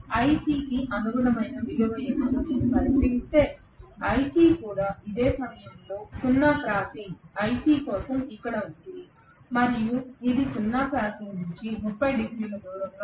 iC కి అనుగుణమైన విలువ ఏమిటో నేను పరిశీలిస్తే iC కూడా ఇదే సమయంలో సున్నా క్రాసింగ్ iC కోసం ఇక్కడ ఉంది మరియు ఇది కూడా సున్నా క్రాసింగ్ నుండి 30 డిగ్రీల దూరంలో ఉంది